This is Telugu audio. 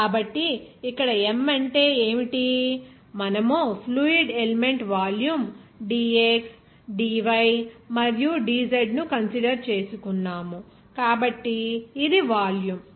కాబట్టి ఇక్కడ m అంటే ఏమిటి మనము fluid element volume dx dy మరియు dz ను కన్సిడర్ చేసుకున్నాము కాబట్టి ఇది వాల్యూమ్